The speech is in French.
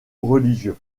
religieux